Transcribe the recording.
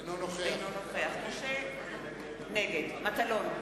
אינו נוכח משה מטלון,